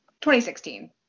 2016